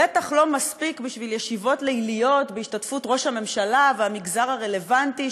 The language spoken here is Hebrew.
בטח לא מספיק בשביל ישיבות ליליות בהשתתפות ראש הממשלה והמגזר הרלוונטי,